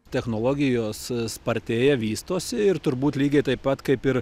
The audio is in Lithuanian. technologijos spartėja vystosi ir turbūt lygiai taip pat kaip ir